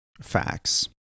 facts